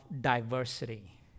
diversity